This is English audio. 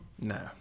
No